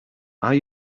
are